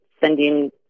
sending